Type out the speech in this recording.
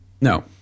No